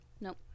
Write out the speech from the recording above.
Nope